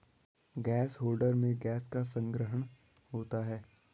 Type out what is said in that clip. gas holder में gas का संग्रहण होता है